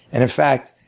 and in fact,